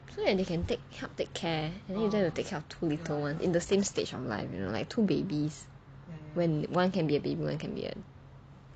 so that they can take help take care and then you don't have to take care of two little one in the same stage of life you know like two babies when one can be a baby and one can be a